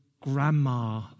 grandma